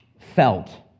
felt